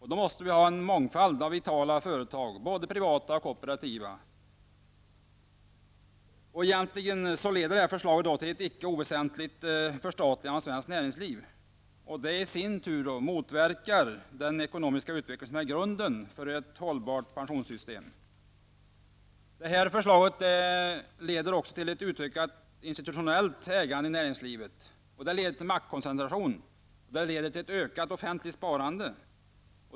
Vi måste då ha en mångfald av vitala företag, både privata och kooperativa. Detta förslag leder egentligen till ett icke oväsentligt förstatligande av svenskt näringsliv. Det motverkar i sin tur den ekonomiska politik som är grunden för ett hållbart pensionssystem. Detta förslag leder också till ett utökat institutionellt ägande i näringslivet. Det leder till maktkoncentration och ett utökat offentligt sparande.